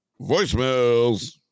Voicemails